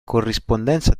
corrispondenza